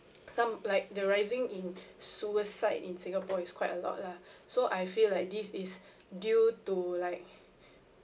some like the rising in suicide in singapore is quite a lot lah so I feel like this is due to like